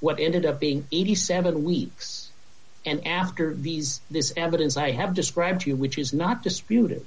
what ended up being eighty seven weeks and after these this evidence i have described to you which is not disputed